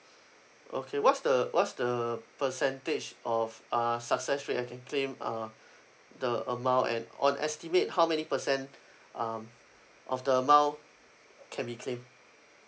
okay what's the what's the percentage of uh success rate I can claim uh the amount and on estimate how many percent um of the amount can be claim